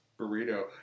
burrito